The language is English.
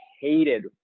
hated